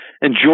Enjoy